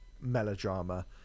melodrama